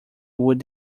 would